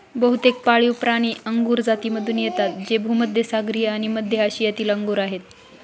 बहुतेक पाळीवप्राणी अंगुर जातीमधून येतात जे भूमध्य सागरीय आणि मध्य आशियातील अंगूर आहेत